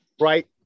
right